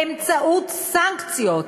באמצעות סנקציות,